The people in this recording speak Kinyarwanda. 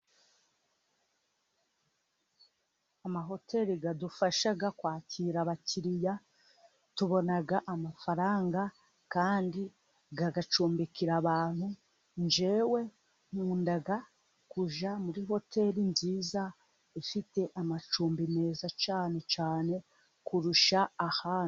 Amahoteli adufasha kwakira abakiriya tubona amafaranga kandi agacumbikira abantu .Njyewe nkunda kujya muri hotel nziza ifite amacumbi meza cyane cyane kurusha ahandi.